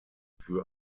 für